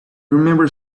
remembered